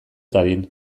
dadin